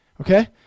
Okay